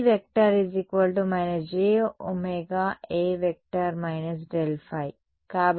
కాబట్టి E− j ωA ∇ϕ